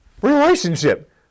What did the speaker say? Relationship